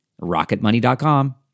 Rocketmoney.com